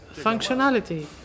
functionality